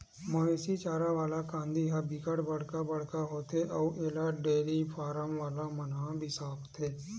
मवेशी चारा वाला कांदी ह बिकट बड़का बड़का होथे अउ एला डेयरी फारम वाला मन ह बिसाथे